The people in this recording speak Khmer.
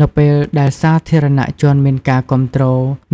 នៅពេលដែលសាធារណជនមានការគាំទ្រ